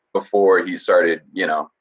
before he started, y'know,